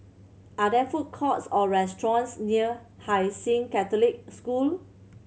are there food courts or restaurants near Hai Sing Catholic School